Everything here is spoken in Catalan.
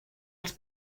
els